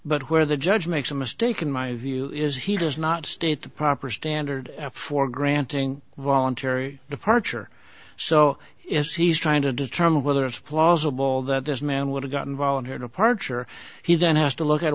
where the judge makes a mistake in my view is he does not state the proper standard for granting voluntary departure so if he's trying to determine whether it's plausible that this man would have gotten voluntary departure he then has to look